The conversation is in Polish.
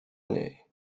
niej